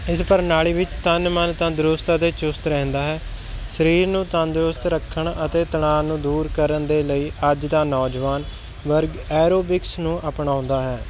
ਇਸ ਪ੍ਰਣਾਲੀ ਵਿੱਚ ਤਨ ਮਨ ਤੰਦਰੁਸਤ ਅਤੇ ਚੁਸਤ ਰਹਿੰਦਾ ਹੈ ਸਰੀਰ ਨੂੰ ਤੰਦਰੁਸਤ ਰੱਖਣ ਅਤੇ ਤਣਾਅ ਨੂੰ ਦੂਰ ਕਰਨ ਦੇ ਲਈ ਅੱਜ ਦਾ ਨੌਜਵਾਨ ਵਰਗ ਐਰੋਬਿਕਸ ਨੂੰ ਅਪਣਾਉਂਦਾ ਹੈ